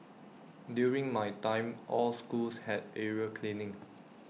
during my time all schools had area cleaning